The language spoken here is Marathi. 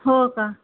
हो का